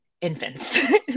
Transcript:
infants